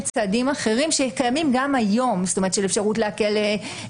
של אפשרות לעקל נכסים בשביל המזון והמדור שהוא חייב.